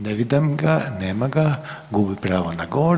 Ne vidim ga, nema ga, gubi pravo na govor.